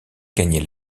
gagner